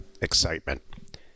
excitement